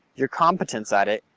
your competence at it,